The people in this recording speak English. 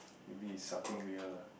maybe it's something real lah